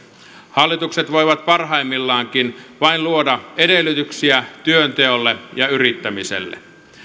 hallitukset voivat parhaimmillaankin vain luoda edellytyksiä työnteolle ja yrittämiselle